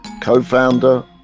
co-founder